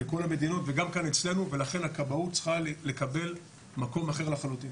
בכל המדינות וגם כאן אצלנו ולכן הכבאות צריכה לקבל מקום אחר לחלוטין.